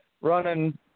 running